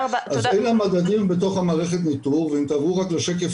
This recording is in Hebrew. אלו המדדים בתוך המערכת ניטור, ואם תעברו לשקף